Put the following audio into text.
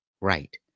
right